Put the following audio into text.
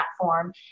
platform